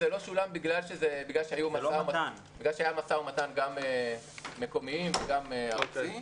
זה לא שולם בגלל שהיה משא-ומתן גם מקומי וגם ארצי.